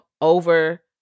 over